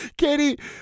Katie